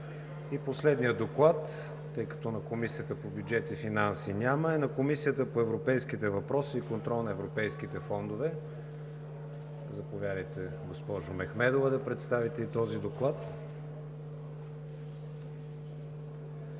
Последният доклад, тъй като на Комисията по бюджет и финанси няма, е на Комисията по европейските въпроси и контрол на европейските фондове. Госпожо Мехмедова, заповядайте да